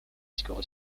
school